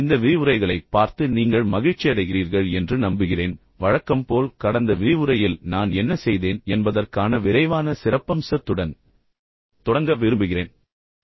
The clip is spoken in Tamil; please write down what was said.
இந்த விரிவுரைகளைப் பார்த்து நீங்கள் மகிழ்ச்சியடைகிறீர்கள் என்று நம்புகிறேன் வழக்கம் போல் கடந்த விரிவுரையில் நான் என்ன செய்தேன் என்பதற்கான விரைவான சிறப்பம்சத்துடன் தொடங்க விரும்புகிறேன்